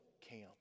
camp